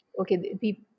okay